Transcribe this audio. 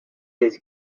his